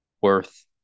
worth